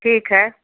ठीक है